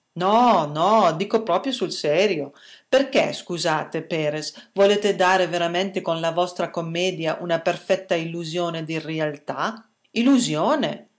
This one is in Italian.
no no dico proprio sul serio perché scusate perres volete dare veramente con la vostra commedia una perfetta illusione di realtà illusione